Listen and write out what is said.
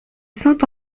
saint